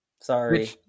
Sorry